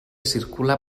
circula